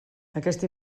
aquesta